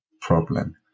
problem